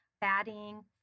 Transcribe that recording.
batting